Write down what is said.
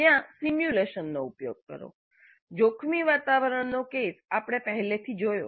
ત્યાં સિમ્યુલેશનનો ઉપયોગ કરો જોખમી વાતાવરણનો કેસ આપણે પહેલાથી જોયો છે